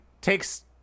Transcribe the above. takes